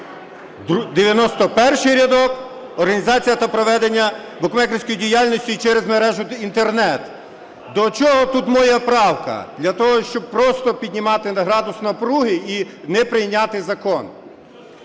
91-й рядок: "організація та проведення букмекерської діяльності через мережу Інтернет ". До чого тут моя правка? Для того, щоб просто піднімати градус напруги і не прийняти закон.